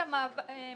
הבנתי את הכוונה שלכם,